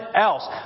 else